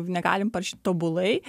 negalim parašyt tobulai